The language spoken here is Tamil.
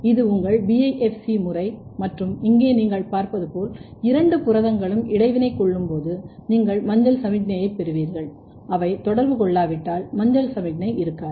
இது உங்கள் BiFC முறை மற்றும் இங்கே நீங்கள் பார்ப்பது போல் இரண்டு புரதங்களும் இடைவினை கொள்ளும்போது நீங்கள் மஞ்சள் சமிக்ஞையைப் பெறுவீர்கள் அவை தொடர்பு கொள்ளாவிட்டால் மஞ்சள் சமிக்ஞை இருக்காது